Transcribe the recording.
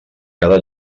cada